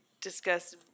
discussed